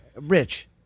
Rich